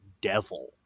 devil